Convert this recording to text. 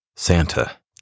Santa